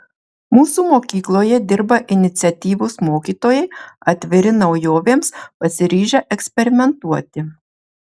mūsų mokykloje dirba iniciatyvūs mokytojai atviri naujovėms pasiryžę eksperimentuoti